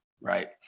right